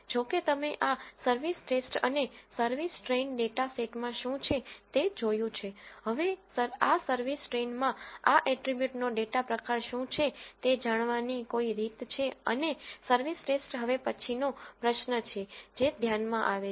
જો કે તમે આ સર્વિસ ટેસ્ટ અને સર્વિસ ટ્રેઇન ડેટા સેટમાં શું છે તે જોયું છે હવે આ સર્વિસ ટ્રેઇનમાં આ એટ્રીબ્યુટ નો ડેટા પ્રકાર શું છે તે જાણવાની કોઈ રીત છે અને સર્વિસ ટેસ્ટ હવે પછીનો પ્રશ્ન છે જે ધ્યાનમાં આવે છે